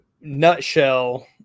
nutshell